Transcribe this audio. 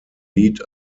lead